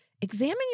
examine